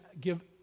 give